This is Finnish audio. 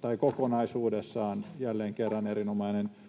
tai kokonaisuudessaan, jälleen kerran erinomainen